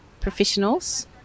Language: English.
professionals